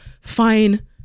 fine